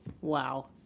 wow